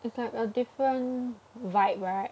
it's like a different vibe right